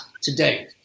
today